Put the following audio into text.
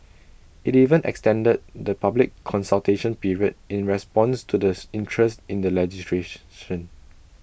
IT even extended the public consultation period in response to the interest in the legislation